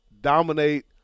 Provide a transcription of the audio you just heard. dominate